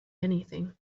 anything